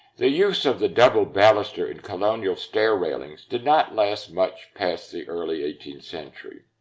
the use of the double baluster and colonial stair railings did not last much past the early eighteenth century.